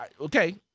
Okay